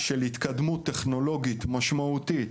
של התקדמות טכנולוגית משמעותית